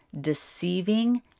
deceiving